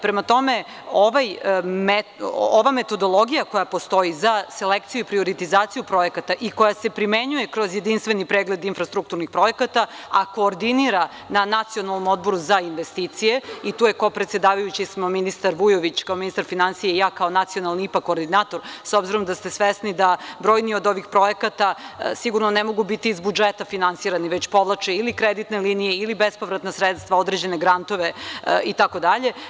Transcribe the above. Prema tome, ova metodologija koja postoji za selekciju i prioritizaciju projekata i koja se primenjuje kroz jedinstveni pregled infrastrukturnih projekata, a koordinira na Nacionalnom odboru za investicije i tu kao predsedavajući smo ministar Vujović, kao ministar finansija, i ja kao nacionalni IPA koordinator, s obzirom da ste svesni da brojni od ovih projekata sigurno ne mogu biti iz budžeta finansirani, već povlače ili kreditne linije ili bespovratna sredstva, određene grantove itd.